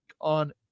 on